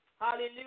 Hallelujah